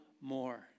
more